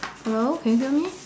hello can you hear me